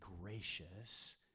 gracious